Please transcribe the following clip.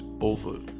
over